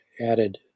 added